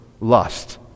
lust